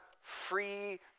free